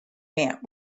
went